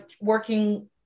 working